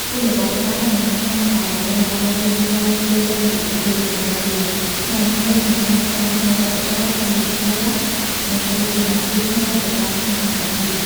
គុនល្បុក្កតោនឹងកាន់តែត្រូវបានគេស្គាល់ទូទាំងពិភពលោក ដែលជាផ្នែកមួយនៃការផ្សព្វផ្សាយវប្បធម៌ សីលធម៌ និងទស្សនវិជ្ជាខ្មែរទៅកាន់ឆាកអន្តរជាតិ។